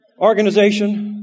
organization